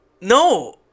no